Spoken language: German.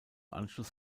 anschluss